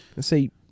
See